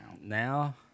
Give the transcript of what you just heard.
Now